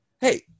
Hey